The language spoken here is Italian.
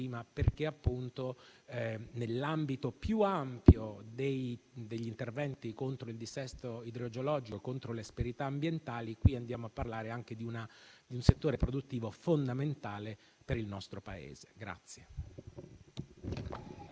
perché nell'ambito più ampio degli interventi contro il dissesto idrogeologico e le asperità ambientali, in questo caso parliamo anche di un settore produttivo fondamentale per il nostro Paese.